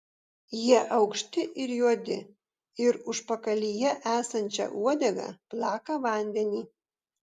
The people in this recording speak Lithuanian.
jie aukšti ir juodi ir užpakalyje esančia uodega plaka vandenį